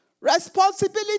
Responsibility